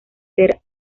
ser